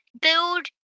build